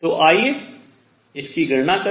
तो आइए इसकी गणना करें